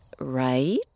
Right